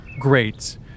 Great